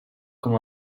com